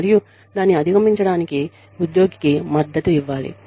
మరియు దాన్ని అధిగమించడానికి ఉద్యోగికి మద్దతు ఇవ్వాలి